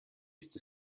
ist